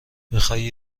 میخوای